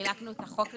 חילקנו את החוק לפרקים.